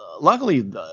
Luckily